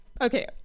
Okay